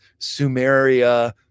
Sumeria